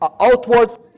outwards